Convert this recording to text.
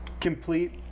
complete